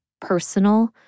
personal